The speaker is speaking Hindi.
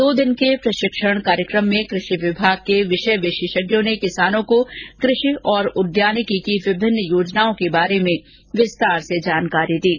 दो दिन के प्रशिक्षण कार्यकम में कृषि विभाग के विषय विशेषज्ञों द्वारा किसानों को कृषि और उद्यानिकी की विभिन्न योजनाओं के बारे में विस्तार से जानकारी दी गई